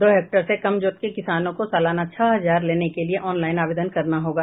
दो हेक्टेयर से कम जोत के किसानों को सलाना छह हजार लेने के लिए ऑनलाईन आवेदन करना होगा